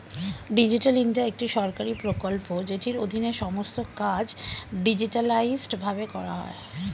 digital India একটি সরকারি প্রকল্প যেটির অধীনে সমস্ত কাজ ডিজিটালাইসড ভাবে করা হয়